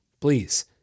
please